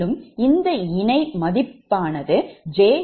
மேலும் இந்த இணை மதிப்பானது j0